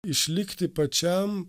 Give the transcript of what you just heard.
išlikti pačiam